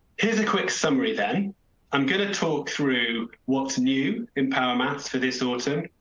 here's a quick summary. then i'm going to talk through what's new in power maths for this autumn,